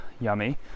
yummy